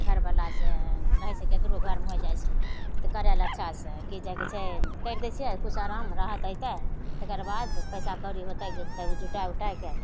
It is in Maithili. घरवला से रहै छै ककरो घरमे होइ जाइ छै तऽ करल अच्छा से कि जाइके छै करि दै छिए किछु आराम राहत अएतै तकर बाद पइसा कौड़ी होतै तब जुटै उटैके